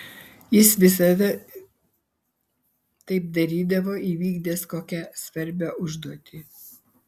jis visada taip darydavo įvykdęs kokią svarbią užduotį